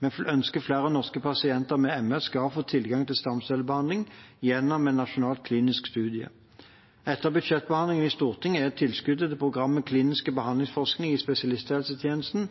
Vi ønsker at flere norske pasienter med MS skal få tilgang til stamcellebehandling gjennom en nasjonal klinisk studie. Etter budsjettbehandlingen i Stortinget er tilskuddet til programmet for klinisk behandlingsforskning i spesialisthelsetjenesten